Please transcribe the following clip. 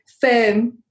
firm